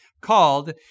called